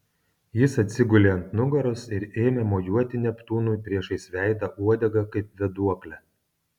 jis atsigulė ant nugaros ir ėmė mojuoti neptūnui priešais veidą uodega kaip vėduokle